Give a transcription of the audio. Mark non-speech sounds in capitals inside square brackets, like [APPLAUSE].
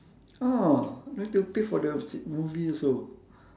ah don't have to pay for the [NOISE] movie also